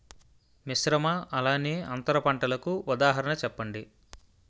మిశ్రమ అలానే అంతర పంటలకు ఉదాహరణ చెప్పండి?